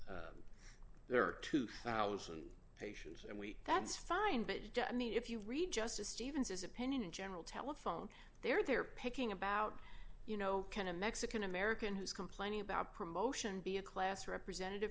all there are two thousand patients and we that's fine but i mean if you read justice stevens as opinion in general telephone there they're picking about you know kind of mexican american who's complaining about promotion be a class representative